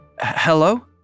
Hello